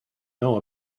know